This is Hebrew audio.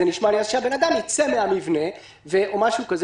אז שהבן אדם יצא מהמבנה או משהו כזה